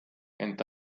ent